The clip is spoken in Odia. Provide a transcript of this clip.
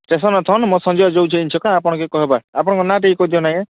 ଷ୍ଟେସନ୍ ଅଛନ୍ ମୋର୍ ସଞ୍ଜୟ ଯାଉଛେ ଯେନ୍ ଛକ୍ ଆପଣଙ୍କେ କହିବା ଆପଣଙ୍କ ନାଁ ଟିକେ କହିଦିଅନ୍ ଆଜ୍ଞା